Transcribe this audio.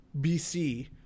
bc